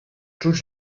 czuć